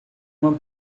uma